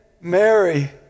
Mary